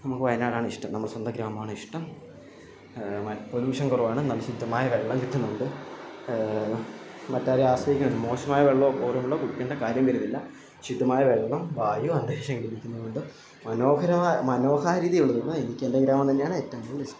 നമുക്ക് വയനാടാണിഷ്ടം നമ്മുടെ സ്വന്തം ഗ്രാമവാണിഷ്ടം മറ്റ് പൊല്യൂഷൻ കുറവാണ് നല്ല ശുദ്ധമായ വെള്ളം കിട്ടുന്നുണ്ട് മറ്റാരേയും ആശ്രയിക്കണ്ട മോശമായ വെള്ളവും പോലുള്ള കുടിക്കേണ്ട കാര്യം വരുന്നില്ല ശുദ്ധമായ വെള്ളം വായു അന്തരീക്ഷം ലഭിക്കുന്നത് കൊണ്ട് മനോഹരമായ മനോഹാരിത ഉളകുന്ന എനിക്ക് എൻ്റെ ഗ്രാമം തന്നെയാണ് ഏറ്റവും കൂടുതൽ ഇഷ്ടം